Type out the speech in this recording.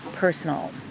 Personal